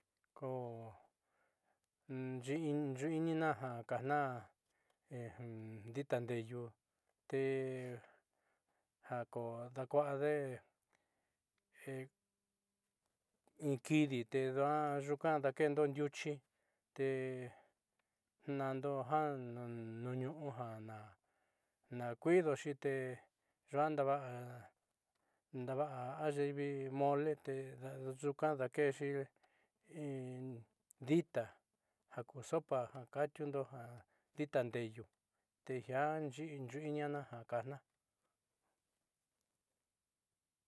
Kó yui yuinina jan kana ejen nditan nreyuu, te jako ndakuade hé iin kidii te yuan yuu kan ndakeno nruchi, te nando jan no nuñoajan ná, nakuido xhité janda va'a, nava anyivii mole te nda'a yukan ndakenxhi iin dita ayu sopa, jan kaxhinro jan ndita nreyuu tejian xhi ndiana ná jan nakana.